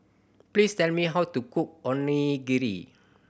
please tell me how to cook Onigiri